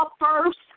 first